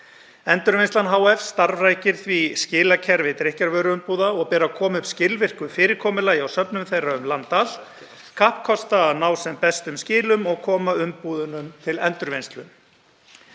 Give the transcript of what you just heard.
Endurvinnslan hf. starfrækir því skilakerfi drykkjarvöruumbúða og ber að koma upp skilvirku fyrirkomulagi á söfnun þeirra um land allt, kappkosta að ná sem bestum skilum og koma umbúðunum til endurvinnslu.